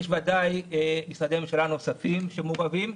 יש ודאי משרדי ממשלה נוספים שמעורבים,